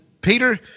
Peter